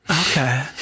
Okay